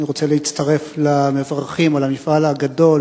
אני רוצה להצטרף למברכים על המפעל הגדול,